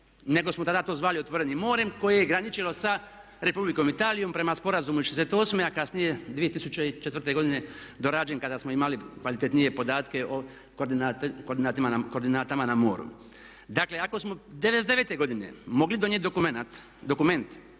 nego smo tada to zvali otvorenim morem koje je graničilo sa Republikom Italijom prema sporazumu iz …/Govornik se ne razumije./… a kasnije 2004. dorađen kada smo imali kvalitetnije podatke o koordinatama na moru. Dakle ako smo '99. godine mogli donijeti dokument